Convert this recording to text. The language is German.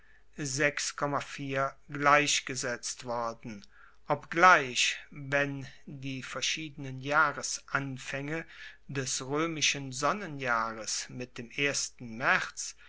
gleichgesetzt worden obgleich wenn die verschiedenen jahresanfaenge des roemischen sonnenjahres mit dem ersten maerz